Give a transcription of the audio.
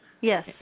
Yes